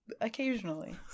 occasionally